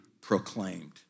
proclaimed